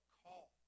call